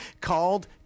called